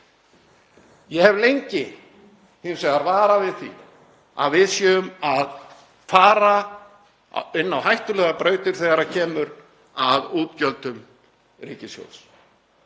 Ég hef hins vegar lengi varað við því að við séum að fara inn á hættulegar brautir þegar kemur að útgjöldum ríkissjóðs.